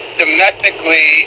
domestically